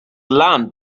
alarmed